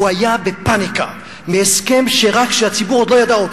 הוא היה בפניקה מהסכם שהציבור עוד לא ידע אותו.